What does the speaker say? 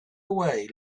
away